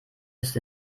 ist